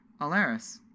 Alaris